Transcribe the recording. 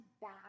back